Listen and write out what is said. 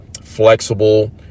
flexible